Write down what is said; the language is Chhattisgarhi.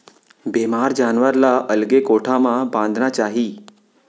बेमार जानवर ल अलगे कोठा म बांधना चाही